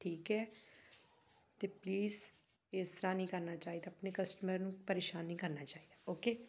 ਠੀਕ ਹੈ ਅਤੇ ਪਲੀਜ਼ ਇਸ ਤਰ੍ਹਾਂ ਨਹੀਂ ਕਰਨਾ ਚਾਹੀਦਾ ਆਪਣੇ ਕਸਟਮਰ ਨੂੰ ਪਰੇਸ਼ਾਨ ਨਹੀਂ ਕਰਨਾ ਚਾਹੀਦਾ ਓਕੇ